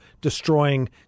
destroying